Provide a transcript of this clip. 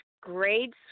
grade